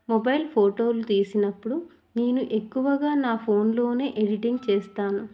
mobile ఫోటోలు తీసినప్పుడు నేను ఎక్కువగా నా ఫోన్లోనే ఎడిటింగ్ చేస్తాను